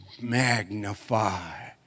magnify